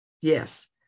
Yes